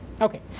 Okay